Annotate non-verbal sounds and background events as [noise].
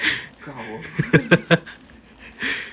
[laughs]